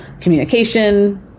communication